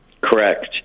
Correct